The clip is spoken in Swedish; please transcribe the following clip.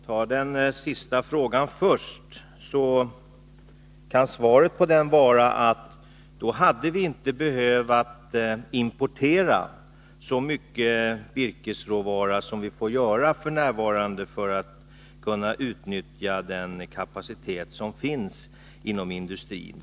Herr talman! Jag tar den sista frågan först. Svaret på den är, att då hade vi inte behövt importera så mycket virkesråvara som vi får göra f. n. för att kunna utnyttja den kapacitet som finns inom industrin.